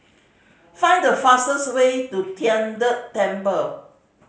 find the fastest way to Tian De Temple